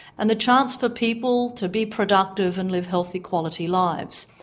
and the chance for people to be productive and live healthy quality lives.